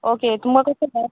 okay तुमकां कशें जाय